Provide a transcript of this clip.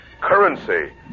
Currency